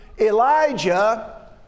Elijah